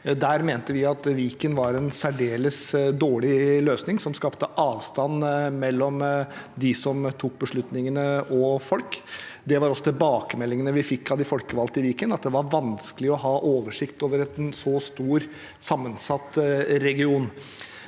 Der mente vi at Viken var en særdeles dårlig løsning, som skapte avstand mellom dem som tok beslutningene, og folk. Det var ofte tilbakemeldingene vi fikk fra de folkevalgte i Viken, at det var vanskelig å ha oversikt over en så stor og sammensatt region.